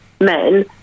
men